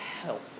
Help